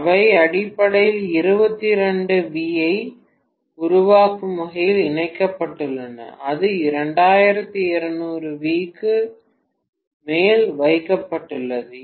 அவை அடிப்படையில் 220 வி ஐ உருவாக்கும் வகையில் இணைக்கப்பட்டுள்ளன அது 2200 வி மேல் வைக்கப்பட்டுள்ளது